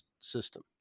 system